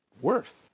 worth